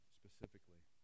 specifically